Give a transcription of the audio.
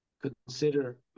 consider